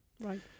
Right